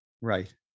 Right